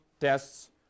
tests